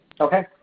Okay